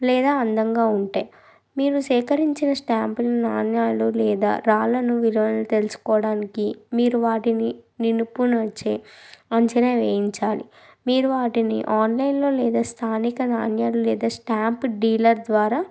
లేదా అందంగా ఉంటాయి మీరు సేకరించిన స్టాంపులు నాణాలు లేదా రాళ్ళను విలువలను తెలుసుకోవడానికి మీరు వాటిని నిపుణుడి నుంచే అంచనా వేయించాలి మీరు వాటిని ఆన్లైన్లో లేదా స్థానిక నాణాలు లేదా స్టాంపు డీలర్ ద్వారా